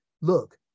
look